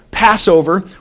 Passover